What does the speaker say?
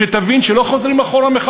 תבין שלא חוזרים אחורה.